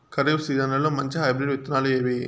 ఖరీఫ్ సీజన్లలో మంచి హైబ్రిడ్ విత్తనాలు ఏవి